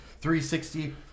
360